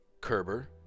Kerber